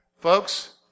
Folks